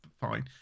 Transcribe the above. Fine